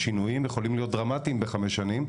שינויים יכולים להיות דרמטיים בחמש שנים,